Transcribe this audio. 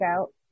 out